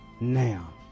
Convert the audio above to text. Now